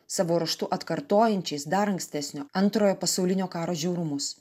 savo ruožtu atkartojančiais dar ankstesnio antrojo pasaulinio karo žiaurumus